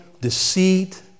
deceit